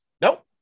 Nope